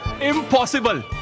Impossible